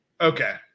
Okay